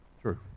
true